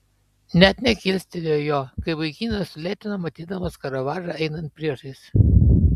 net nekilstelėjo jo kai vaikinas sulėtino matydamas karavadžą einant priešais